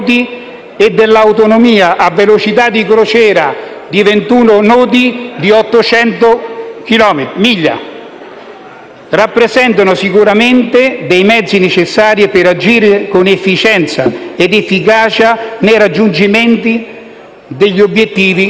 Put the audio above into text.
e dall'autonomia, a velocità di crociera di 21 nodi, di 800 miglia rappresentano sicuramente dei mezzi necessari per agire con efficienza ed efficacia nel raggiungimento degli obiettivi